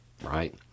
right